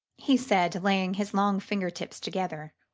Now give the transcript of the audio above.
he said, laying his long finger-tips together.